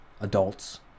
Adults